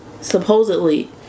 supposedly